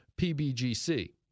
PBGC